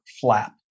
flap